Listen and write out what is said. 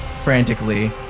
frantically